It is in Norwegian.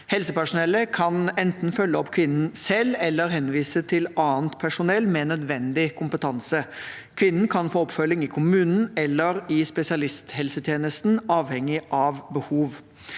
Helsepersonellet kan enten følge opp kvinnen selv eller henvise til annet personell med nødvendig kompetanse. Kvinnen kan få oppfølging i kommunen eller i spesialisthelsetjenesten avhengig av behov.